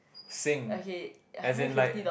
sing as in like